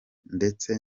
ndetse